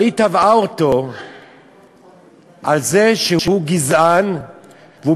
אבל היא תבעה אותו על זה שהוא גזען והוא